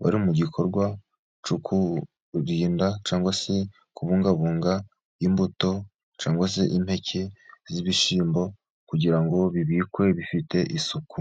bari mu gikorwa cyo kurinda cyangwa se kubungabunga imbuto cyangwa se impeke z'ibishyimbo kugira ngo bibikwe bifite isuku.